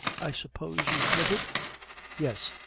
i suppose you flitted yes,